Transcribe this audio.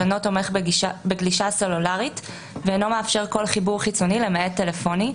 אינו תומך בגלישה סלולרית ואינו מאפשר כל חיבור חיצוני למעט טלפוני,